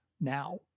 now